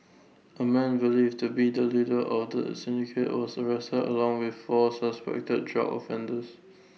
A man believed to be the leader of the syndicate was arrested along with four suspected drug offenders